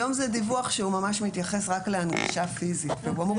היום זה דיווח שהוא ממש מתייחס רק להנגשה פיזית והוא אמור